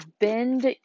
Bend